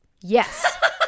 Yes